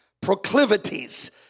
proclivities